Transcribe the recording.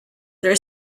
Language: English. there